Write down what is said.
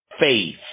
faith